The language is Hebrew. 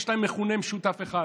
יש להם מכנה משותף אחד